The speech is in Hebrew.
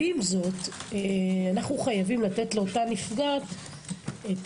עם זאת אנו חייבים לתת לאותה נפגעת את